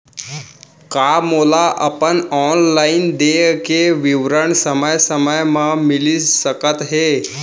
का मोला अपन ऑनलाइन देय के विवरण समय समय म मिलिस सकत हे?